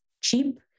cheap